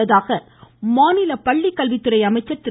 உள்ளதாக மாநில பள்ளிக்கல்வித்துறை அமைச்சர் திரு